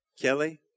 Kelly